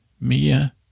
Mia